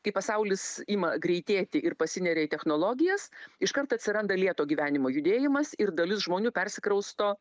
kai pasaulis ima greitėti ir pasineria į technologijas iškart atsiranda lėto gyvenimo judėjimas ir dalis žmonių persikrausto